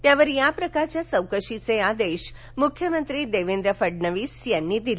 त्यावर या प्रकाराच्या चौकशीचे आदेश मुख्यमंत्री देवेंद्र फडणवीस यांनी दिले